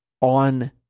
on